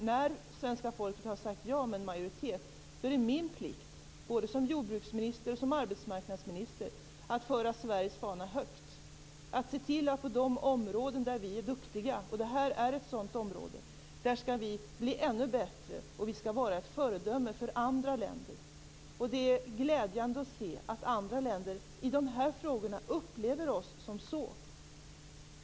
När svenska folket med majoritet har sagt ja är det min plikt - både som jordbruksminister och som arbetsmarknadsminister - att föra Sveriges fana högt, att se till att på de områden där vi är duktiga - det här är ett sådant område - skall vi bli ännu bättre och vara föredömen för andra länder. Det är glädjande att se att andra länder upplever oss vara så i dessa frågor.